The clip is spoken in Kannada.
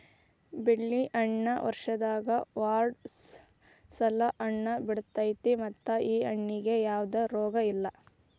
ಬೆಣ್ಣೆಹಣ್ಣ ವರ್ಷದಾಗ ಎರ್ಡ್ ಸಲಾ ಹಣ್ಣ ಬಿಡತೈತಿ ಮತ್ತ ಈ ಹಣ್ಣಿಗೆ ಯಾವ್ದ ರೋಗಿಲ್ಲ